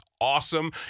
awesome